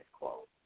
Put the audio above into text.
quote